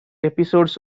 episodes